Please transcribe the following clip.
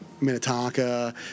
Minnetonka